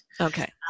Okay